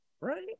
Right